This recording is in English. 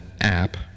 app